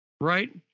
right